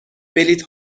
بلیط